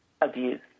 abuse